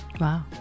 Wow